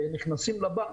ונכנסים לבנק,